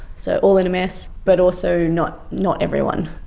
so all in a mess, but also not not everyone.